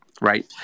Right